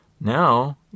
Now